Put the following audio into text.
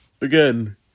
again